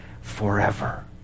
forever